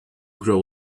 grow